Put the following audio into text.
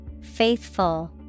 Faithful